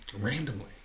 Randomly